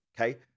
okay